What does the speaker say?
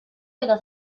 eta